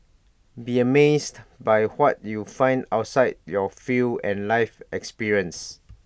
be amazed by what you find outside your field and life experiences